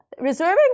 Reserving